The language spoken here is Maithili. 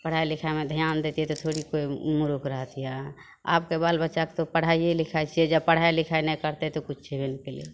पढ़ाइ लिखाइमे ध्यान दैती तऽ थोड़े कोइ मुर्ख रहतियै आबके बाल बच्चाक तऽ पढ़ाइये लिखाइ छियै जब पढ़ाइ लिखाइ नहि करतै तऽ किछु हेबे नहि केलै